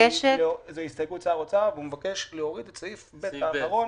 זו הסתייגות שר האוצר והוא מבקש להוריד את סעיף (ב) האחרון.